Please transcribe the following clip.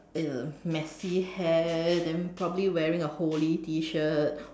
uh messy hair then probably wearing a holey T-shirt